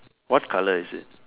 what color is it